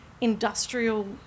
industrial